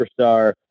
superstar